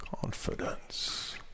confidence